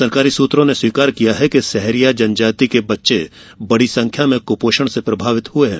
सरकारी सूत्रों ने स्वीकार किया है कि सहरिया जनजाति के बच्चे बड़ी संख्या में कुपोषण से प्रभावित हुए है